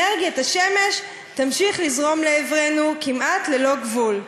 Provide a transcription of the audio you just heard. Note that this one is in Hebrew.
אנרגיית השמש תמשיך לזרום לעברנו כמעט ללא גבול.